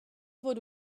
fod